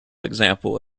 example